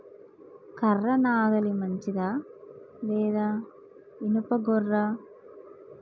కర్ర నాగలి మంచిదా లేదా? ఇనుప గొర్ర?